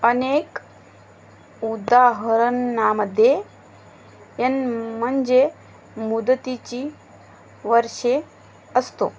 अनेक उदाहरणामध्ये येन म्हणजे मुदतीची वर्षे असतो